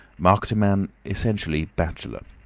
marked a man essentially bachelor.